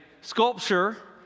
sculpture